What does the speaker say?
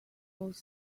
both